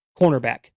cornerback